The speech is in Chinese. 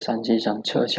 山西省